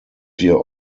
wir